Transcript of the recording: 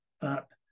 up